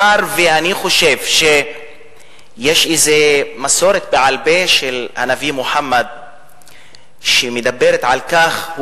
אני חושב שיש איזו מסורת בעל-פה של הנביא מוחמד שמדברת על כך.